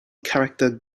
character